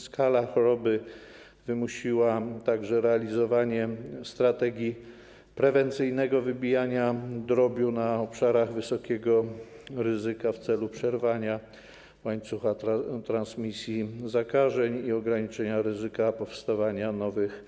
Skala choroby wymusiła także realizowanie strategii prewencyjnego wybijania drobiu na obszarach wysokiego ryzyka w celu przerwania łańcucha transmisji zakażeń i ograniczenia ryzyka powstawania nowych